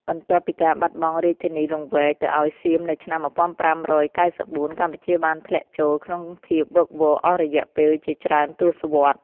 បន្ទាប់ពីការបាត់បង់រាជធានីលង្វែកទៅឱ្យសៀមនៅឆ្នាំ ១៥៩៤ កម្ពុជាបានធ្លាក់ចូលក្នុងភាពវឹកវរអស់រយៈពេលជាច្រើនទសវត្សរ៍។